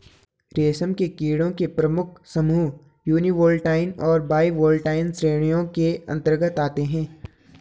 रेशम के कीड़ों के प्रमुख समूह यूनिवोल्टाइन और बाइवोल्टाइन श्रेणियों के अंतर्गत आते हैं